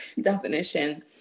definition